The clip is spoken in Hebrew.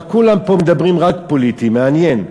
אבל כולם פה מדברים רק פוליטי, מעניין,